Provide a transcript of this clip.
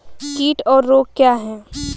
कीट और रोग क्या हैं?